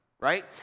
Right